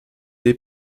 des